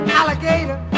alligator